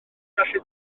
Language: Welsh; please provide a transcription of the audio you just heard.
gallu